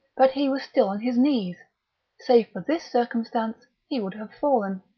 but he was still on his knees save for this circumstance he would have fallen.